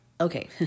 okay